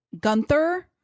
Gunther